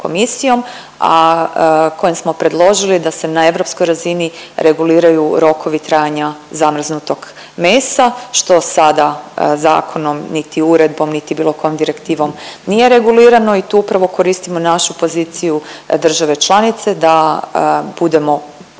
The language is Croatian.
a kojom smo predložili da se na europskoj razini reguliraju rokovi trajanja zamrznutog mesa što sada zakonom, niti uredbom, niti bilo kojom direktivom nije regulirano i tu upravo koristimo našu poziciju države članice da budemo